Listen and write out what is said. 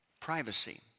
privacy